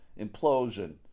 implosion